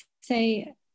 say